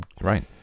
right